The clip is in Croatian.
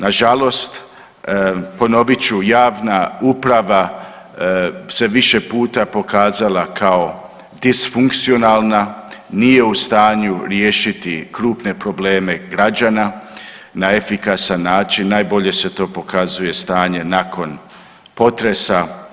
Nažalost ponovit ću, javna uprava se više puta pokazala kao disfunkcionalna, nije u stanju riješiti krupne probleme građana na efikasan način, najbolje se to pokazuje stanje nakon potresa.